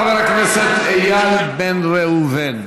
חבר הכנסת איל בן ראובן.